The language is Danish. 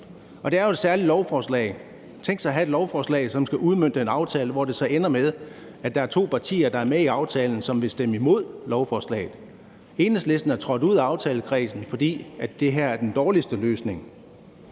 Og det er jo et særligt lovforslag. Tænk, at man har et lovforslag, som skal udmønte en aftale, hvor det så ender med, at der er to partier, der er med i aftalen, som vil stemme imod lovforslaget. Enhedslisten er trådt ud af aftalekredsen, fordi det her er den dårligste løsning.